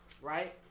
right